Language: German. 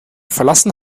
verlassen